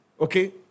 Okay